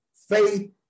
Faith